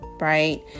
Right